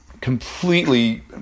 completely